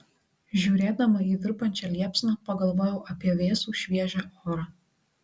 žiūrėdama į virpančią liepsną pagalvojau apie vėsų šviežią orą